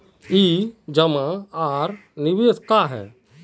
ई जमा आर निवेश का है?